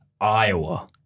Iowa